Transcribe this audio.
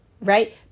right